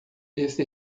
esse